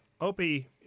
Opie